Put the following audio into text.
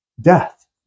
death